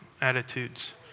attitudes